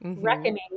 reckoning